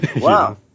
wow